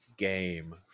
game